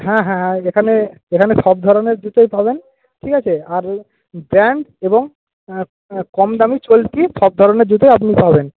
হ্যাঁ হ্যাঁ এখানে এখানে সব ধরনের জুতোই পাবেন ঠিক আছে আর ব্র্যান্ড এবং কমদামি চলতি সব ধরনের জুতোই আপনি পাবেন